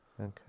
Okay